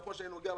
נכון שאני בא משם,